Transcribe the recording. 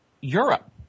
Europe